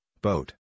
boat